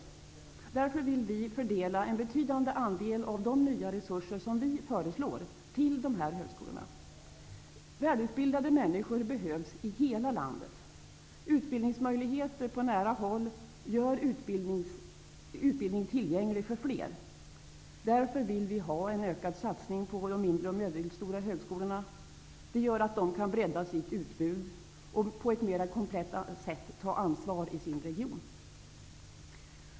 Därför vill vi fördela en betydande andel av de nya resurser som vi föreslår till dessa högskolor. Välutbildade människor behövs i hela landet. Utbildningsmöjligheter på nära håll gör utbildning tillgänglig för fler. Därför vill vi ha en ökad satsning på de mindre och medelstora högskolorna. Det gör att de kan bredda sitt utbud och på ett mera komplett sätt ta ansvar i sin region.